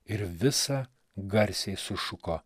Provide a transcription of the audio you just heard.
ir visą garsiai sušuko